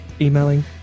emailing